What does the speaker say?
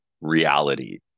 reality